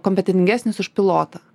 kompetentingesnis už pilotą